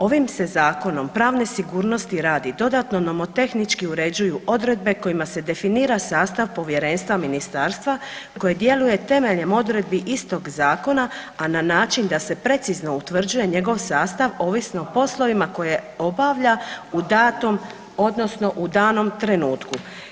Ovim se Zakonom pravne sigurnosti radi, dodatno nomotehnički uređuju odredbe kojima se definira sastav Povjerenstva Ministarstva, koje djeluje temeljem odredbi istog Zakona, a na način da se precizno utvrđuje njegov sastav ovisno o poslovima koje obavlja, u datom, odnosno u danom trenutku.